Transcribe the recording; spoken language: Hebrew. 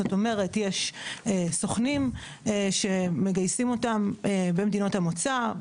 זאת אומרת יש סוכנים שמגייסים אותם במדינות המוצא,